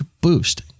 boost